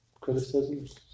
Criticisms